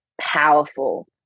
powerful